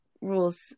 Rules